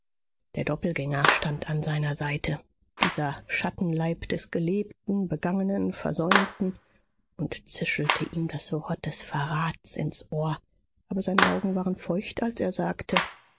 der doppelgänger stand an seiner seite dieser schattenleib des gelebten begangenen versäumten und zischelte ihm das wort des verrats ins ohr aber seine augen waren feucht als er sagte